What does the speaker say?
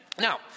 Now